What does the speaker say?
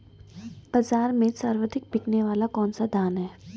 बाज़ार में सर्वाधिक बिकने वाला कौनसा धान है?